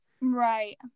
right